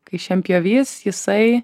kai šienpjovys jisai